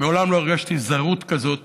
מעולם לא הרגשתי זרות כזאת